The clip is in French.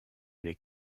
les